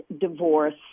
divorce